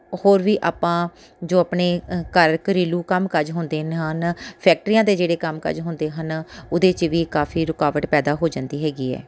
ਹੋਰ ਵੀ ਆਪਾਂ ਜੋ ਆਪਣੇ ਘਰ ਘਰੇਲੂ ਕੰਮ ਕਾਜ ਹੁੰਦੇ ਹਨ ਫੈਕਟਰੀਆਂ ਦੇ ਜਿਹੜੇ ਕੰਮਕਾਜ ਹੁੰਦੇ ਹਨ ਉਹਦੇ 'ਚ ਵੀ ਕਾਫੀ ਰੁਕਾਵਟ ਪੈਦਾ ਹੋ ਜਾਂਦੀ ਹੈਗੀ ਹੈ